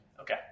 Okay